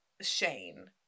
Shane